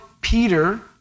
Peter